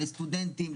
לסטודנטים,